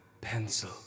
Pencil